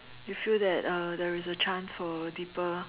you feel that uh there is a chance for a deeper